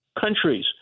countries